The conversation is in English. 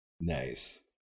Nice